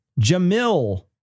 Jamil